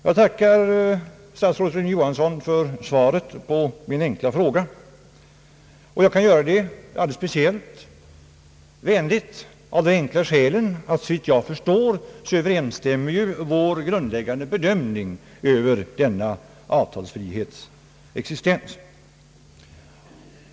Jag tackar statsrådet Johansson för svaret på min enkla fråga, och jag kan göra det alldeles speciellt vänligt av det skälet att såvitt jag förstår Ööverensstämmer vår grundläggande bedömning om denna avtalsfrihets existens.